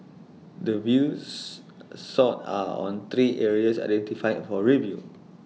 the views sought are on three areas identified for review